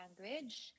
language